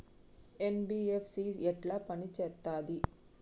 NBFC ఎట్ల పని చేత్తది?